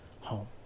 home